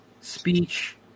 speech